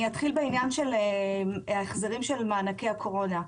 ראשית, ההחזרים של מענקי הקורונה.